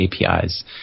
APIs